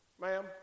Ma'am